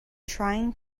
trying